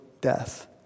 death